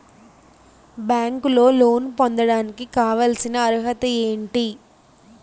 బ్యాంకులో లోన్ పొందడానికి కావాల్సిన అర్హత ఏంటి?